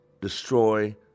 destroy